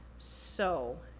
so,